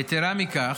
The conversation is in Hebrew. יתרה מכך,